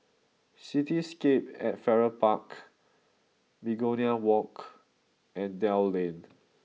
cityscape at Farrer Park Begonia Walk and Dell Lane